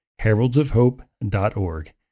heraldsofhope.org